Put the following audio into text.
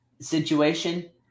situation